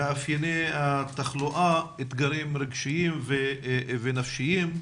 מאפייני תחלואה ואתגרים רגשיים ונפשיים.